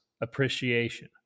appreciation